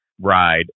ride